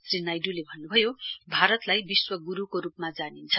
श्री नाइड्ले भन्न्भयो भारतलाई विश्व ग्रूको रूपमा जानिन्छ